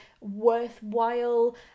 worthwhile